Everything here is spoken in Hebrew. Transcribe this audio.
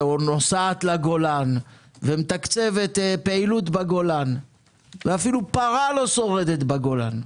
נוסעת לגולן ומתקצבת פעילות בגולן ואפילו פרה לא שורדת בגולן.